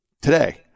today